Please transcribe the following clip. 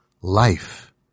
life